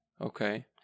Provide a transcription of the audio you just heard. okay